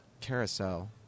carousel